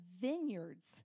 vineyards